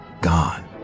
gone